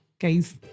guys